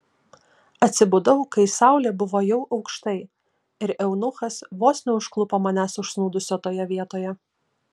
atsibudau kai saulė buvo jau aukštai ir eunuchas vos neužklupo manęs užsnūdusio toje vietoje